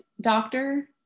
doctor